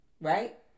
right